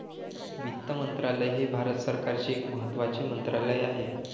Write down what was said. वित्त मंत्रालय हे भारत सरकारचे एक महत्त्वाचे मंत्रालय आहे